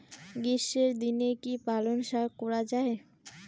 গ্রীষ্মের দিনে কি পালন শাখ করা য়ায়?